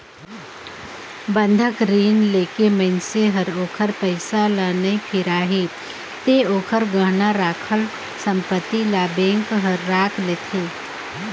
बंधक रीन लेके मइनसे हर ओखर पइसा ल नइ फिराही ते ओखर गहना राखल संपति ल बेंक हर राख लेथें